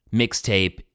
mixtape